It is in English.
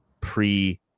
pre